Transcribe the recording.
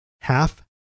Half